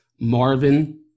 Marvin